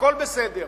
הכול בסדר.